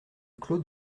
clos